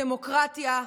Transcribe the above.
דמוקרטיה,